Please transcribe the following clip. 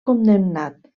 condemnat